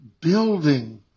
building